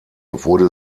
wurde